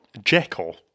Jekyll